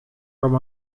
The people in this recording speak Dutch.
kwam